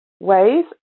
ways